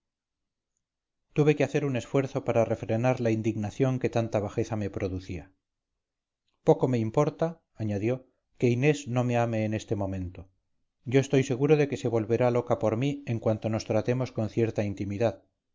tuve que hacer un esfuerzo para refrenar la indignación que tanta bajeza me producía poco me importa añadió que inés no me ame en este momento yo estoy seguro de que se volverá loca por mí en cuanto nos tratemos con cierta intimidad